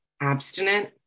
abstinent